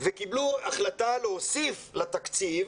קיבלו החלטה להוסיף לתקציב,